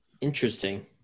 Interesting